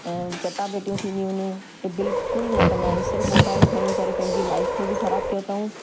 ऐं चटाभेटियूं थींदियूं आहिनि इहे बिल्कुलु न कंदा आहिनि सिर्फ़ु मोबाइल खणी करे पंहिंजी लाइफ़ खे बि ख़राबु कयो अथऊं